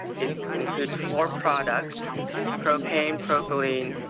it includes four products propane, propylene,